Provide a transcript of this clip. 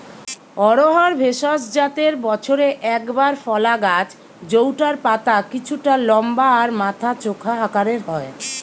অড়হর ভেষজ জাতের বছরে একবার ফলা গাছ জউটার পাতা কিছুটা লম্বা আর মাথা চোখা আকারের হয়